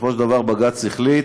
ובסופו של דבר בג"ץ החליט